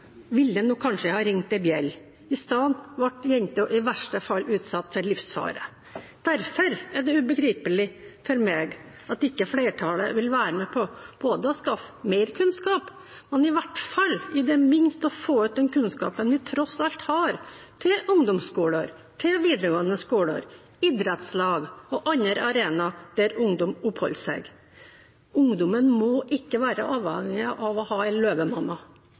vil være med på å skaffe mer kunnskap, eller i det minste å få ut den kunnskapen vi tross alt har – til ungdomsskoler, videregående skoler, idrettslag og andre arenaer der ungdom oppholder seg. Ungdommen må ikke være avhengig av å ha